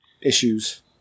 issues